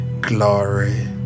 glory